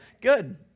Good